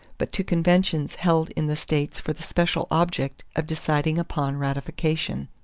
but to conventions held in the states for the special object of deciding upon ratification.